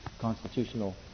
constitutional